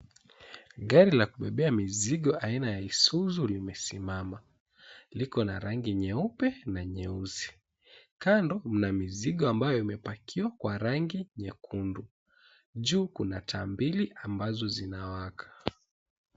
Gari la kubebea mizigo aina ya Isuzu limesimama. Liko na rangi nyeupe na nyeusi, kando mna mizigo ambayo imepakiwa kwa rangi nyekundu. Juu kuna taa mbili ambazo zinawaka.